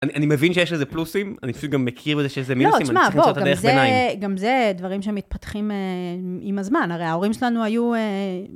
אני.. אני מבין שיש לזה פלוסים, אני פשוט גם מכיר בזה שיש לזה מינוסים, אני צריך למצוא את הדרך ביניים. לא, תשמע, בוא.. גם זה.. גם זה דברים שמתפתחים אה.. עם הזמן, הרי ההורים שלנו היו אה...